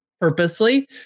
purposely